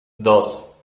dos